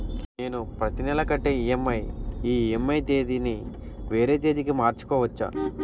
నేను నా ప్రతి నెల కట్టే ఈ.ఎం.ఐ ఈ.ఎం.ఐ తేదీ ని వేరే తేదీ కి మార్చుకోవచ్చా?